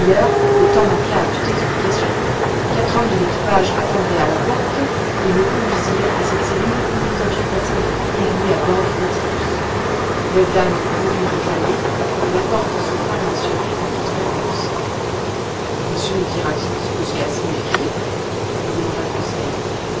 le temps manqua à toute explication quatre hommes de l'équipage attendaient à la porte et ils nous conduisirent à cette cellule où nous avions passé notre première nuit à bord du nautilus ned land voulut réclamer mais la porte se ferma sur lui pour toute réponse monsieur me dira-t-il ce que cela signifie me demanda conseil